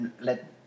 let